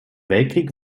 weltkrieg